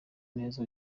neza